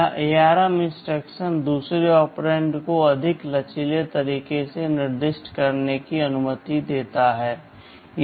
यह ARM instruction दूसरे operand को अधिक लचीले तरीकों से निर्दिष्ट करने की अनुमति देता है